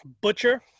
Butcher